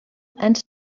and